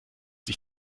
sich